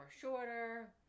shorter